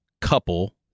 couple